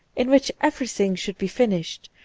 in which everything should be finished,